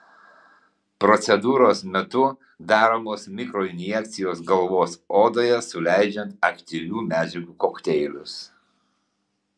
procedūros metu daromos mikroinjekcijos galvos odoje suleidžiant aktyvių medžiagų kokteilius